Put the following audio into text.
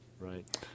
Right